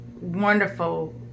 wonderful